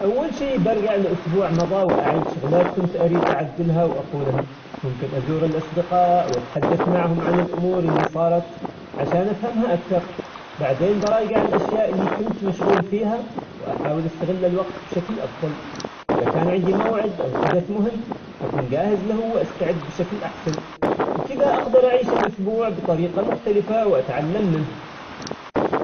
أول شي برجع لأسبوع مضى وأعيد شغلات كنت أريد أعدلها وأقولها. ممكن أزور الأصدقاء وأتحدث معهم عن الأمور اللي صارت عشان أفهمها أكثر. بعدين براجع على الاشياء اللي كنت مشغول فيها وأحاول أستغل الوقت بشكل أفضل. إذا كان عندي موعد أو حدث مهم أكون جاهز له وأستعد بشكل أحسن ، وكده أقدر أعيش الأسبوع بطريقة مختلفة وأتعلم منه.